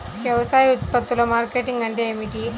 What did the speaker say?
వ్యవసాయ ఉత్పత్తుల మార్కెటింగ్ అంటే ఏమిటి?